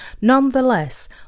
Nonetheless